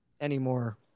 anymore